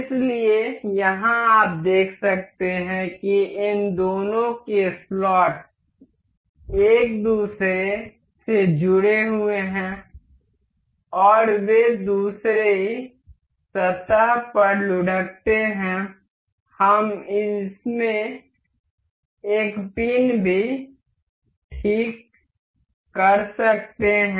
इसलिए यहां आप देख सकते हैं कि इन दोनों के स्लॉट एक दूसरे से जुड़े हुए हैं और वे दूसरी सतह पर लुढ़कते हैं हम इसमें एक पिन भी ठीक कर सकते हैं